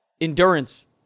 endurance